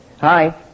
Hi